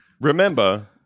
Remember